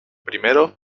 primero